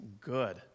good